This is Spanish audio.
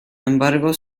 embargo